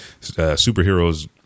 superheroes